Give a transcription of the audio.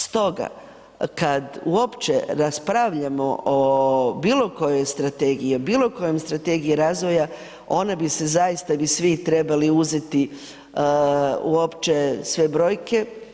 Stoga kada uopće raspravljamo o bilo kojoj strategiji i bilo kojoj strategiji razvoja onda bi se zaista svi trebali uzeti uopće sve brojke.